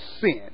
sin